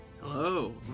Hello